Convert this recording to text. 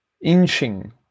inching